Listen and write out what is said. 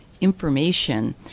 information